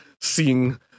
seeing